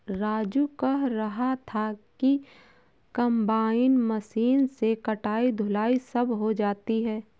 राजू कह रहा था कि कंबाइन मशीन से कटाई धुलाई सब हो जाती है